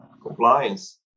Compliance